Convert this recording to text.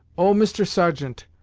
oh, mister sergeant,